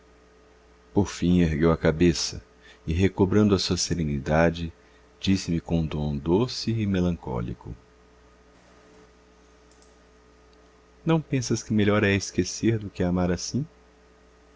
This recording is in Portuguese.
por fim ergueu a cabeça e recobrando a sua serenidade disse-me com um tom doce e melancólico não pensas que melhor é esquecer do que amar assim